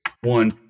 One